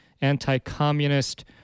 anti-communist